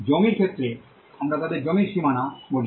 জমির ক্ষেত্রে আমরা তাদের জমির সীমানা বলি